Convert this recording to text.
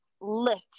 lift